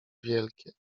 wielkie